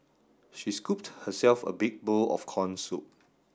she scooped herself a big bowl of corn soup